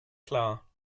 klar